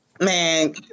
Man